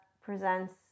presents